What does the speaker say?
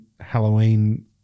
Halloween